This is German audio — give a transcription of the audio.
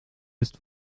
ist